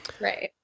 Right